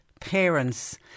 parents